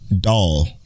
doll